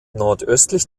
nordöstlich